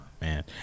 Man